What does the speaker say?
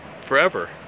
forever